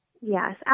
Yes